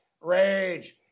Rage